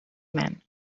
man